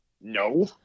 No